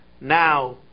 now